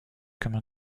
comme